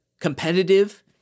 competitive